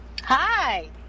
Hi